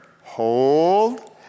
hold